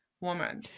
woman